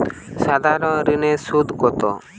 সাধারণ ঋণের সুদ কত?